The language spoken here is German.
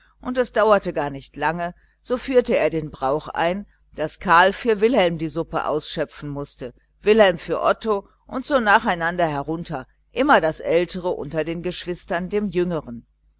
und es dauerte gar nicht lange so führte er den brauch ein daß karl für wilhelm die suppe ausschöpfen mußte wilhelm für otto und so nacheinander herunter immer das ältere unter den geschwistern dem jüngern